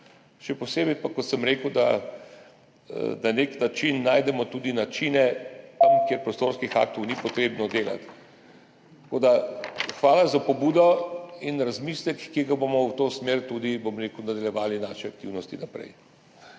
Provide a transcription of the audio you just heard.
še posebej pa, kot sem rekel, da najdemo tudi načine tam, kjer prostorskih aktov ni treba delati. Hvala za pobudo in razmislek, na podlagi katerega bomo v to smer tudi nadaljevali naše aktivnosti naprej.